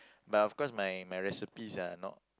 but of course my my recipes are not